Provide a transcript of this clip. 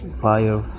fire